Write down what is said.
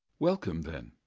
welcome then.